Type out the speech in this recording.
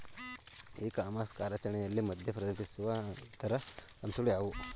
E commerce ಕಾರ್ಯಾಚರಣೆಯಲ್ಲಿ ಮಧ್ಯ ಪ್ರವೇಶಿಸುವ ಇತರ ಅಂಶಗಳು ಯಾವುವು?